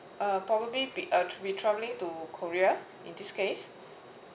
uh probably be uh be travelling to korea in this case